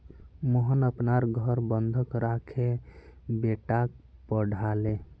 मोहन अपनार घर बंधक राखे बेटाक पढ़ाले